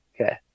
Okay